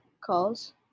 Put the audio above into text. calls